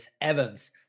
Evans